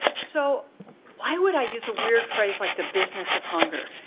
so why would i use a weird phrase like the business of hunger?